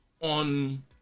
on